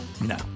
No